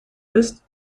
ist